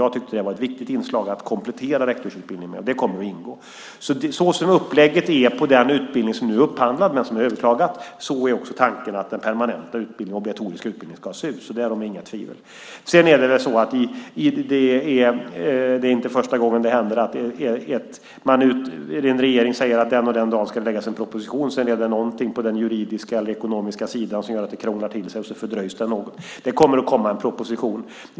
Jag tyckte att det var viktigt att komplettera rektorsutbildningen med detta. Som upplägget är på den utbildning som är upphandlad men som har blivit överklagad, så är också tanken att den permanenta obligatoriska utbildningen ska se ut. Nu är detta inte första gången som en regering har sagt att en proposition ska läggas fram en viss dag och det sedan är något på den juridiska eller ekonomiska sidan som gör att det fördröjs något. Det kommer en proposition.